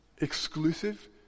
exclusive